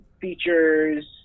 features